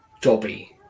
Dobby